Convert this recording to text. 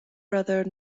brother